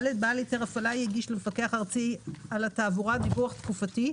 בעל היתר הפעלה יגיש למפקח הארצי על התעבורה דיווח תקופתי,